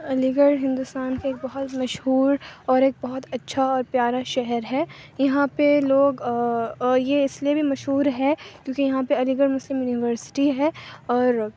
علی گڑھ ہندوستان کے بہت مشہور اور ایک بہت اچھا اور پیارا شہر ہے یہاں پہ لوگ یہ اِس لیے بھی مشہور ہے کیوںکہ یہاں پہ علی گڑھ مسلم یونیورسٹی ہے اور